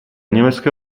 německé